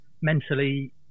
mentally